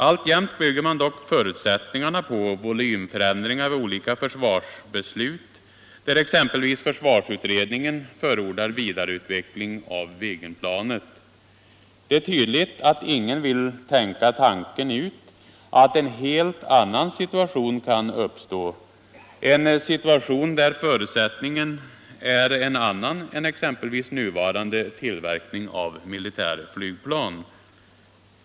Alltjämt bygger man dock förutsättningarna på volymföränd Nr 68 ringen vid olika försvarsbeslut, där exempelvis försvarsutredningen för Onsdagen den ordar vidareutveckling av Viggenplanet. Det är tydligt att ingen vill tänka 18 februari 1976 tanken ut, att en helt ny situation kan uppstå. En situation där förr = utsättningen är en annan än exempelvis nuvarande tillverkning av mi Krigsmaterielindulitärflygplan.